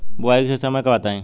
बुआई के सही समय बताई?